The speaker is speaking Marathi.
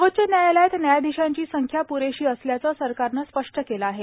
सर्वोच्च न्यायालयात न्यायाधीशांची संख्या प्रेशी असल्याचं सरकारनं स्पष्ट केलं आहे